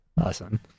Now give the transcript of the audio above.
awesome